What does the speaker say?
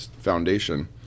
foundation